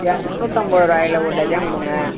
இரநூத்து ஐம்பரூவாயில ஒரு டஜன் கொடுங்க